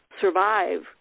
survive